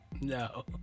No